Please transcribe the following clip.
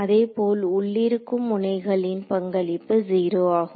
அதேபோல் உள்ளிருக்கும் முனைகளின் பங்களிப்பும் 0 ஆகும்